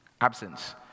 Absence